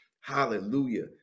hallelujah